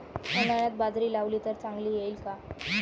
उन्हाळ्यात बाजरी लावली तर चांगली येईल का?